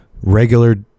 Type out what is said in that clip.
regular